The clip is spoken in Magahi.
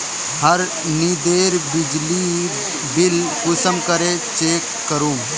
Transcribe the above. हर दिनेर बिजली बिल कुंसम करे चेक करूम?